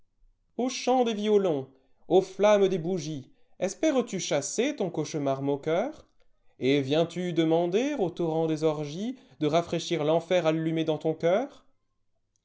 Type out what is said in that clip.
au chant des violons aux flammes des bougies espères-tu chasser ton cauchemar moqueur et viens lu demander au torrent des orgiesde rafraîchir l'enfer allumé dans ton cœur